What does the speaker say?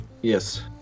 yes